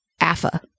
AFA